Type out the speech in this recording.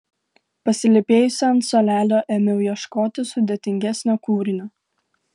pasilypėjusi ant suolelio ėmiau ieškoti sudėtingesnio kūrinio